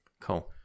cool